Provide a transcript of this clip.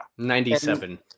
97